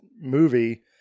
movie